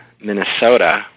Minnesota